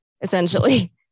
essentially